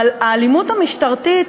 אבל האלימות המשטרתית,